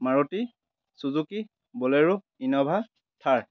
Maruti Suzuki bolero Innova Thar